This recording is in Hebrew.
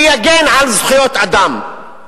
שיגן על זכויות אדם,